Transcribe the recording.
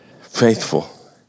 Faithful